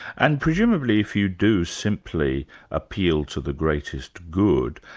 and presumably if you do simply appeal to the greatest good,